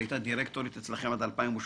שהייתה דירקטורית אצלכם עד 2008,